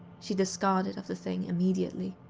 she discarded of the thing immediately.